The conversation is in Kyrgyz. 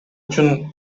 үчүн